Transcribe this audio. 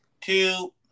Two